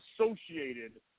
associated